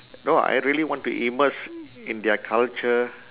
no I really want to immerse in their culture